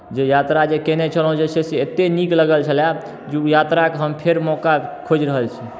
जे यात्रा जे कयने छलहुँ जे छै से एतेक नीक लागल छलय जे ओ यात्राके हम फेर मौका खोजि रहल छी